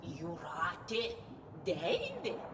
jūratė deivė